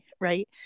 right